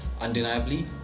Undeniably